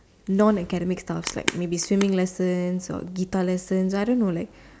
non academic stuff like maybe swimming lessons or guitar lessons I don't know like